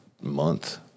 month